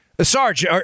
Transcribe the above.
Sarge